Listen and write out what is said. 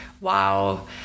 wow